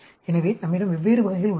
எனவே நம்மிடம் வெவ்வேறு வகைகள் உள்ளன